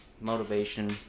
motivation